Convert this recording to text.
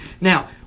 Now